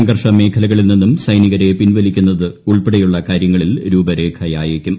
സംഘർഷ മേഖ്ലകളിൽ നിന്നും സൈനികരെ പിൻവലിക്കുന്നതുൾപ്പെടെയുള്ള കാര്യങ്ങളിൽ രൂപരേഖയായേക്കും